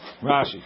Rashi